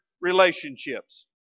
relationships